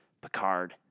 Picard